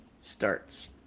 starts